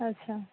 अच्छा